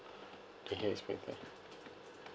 K he'll expect more